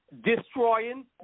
destroying